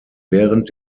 während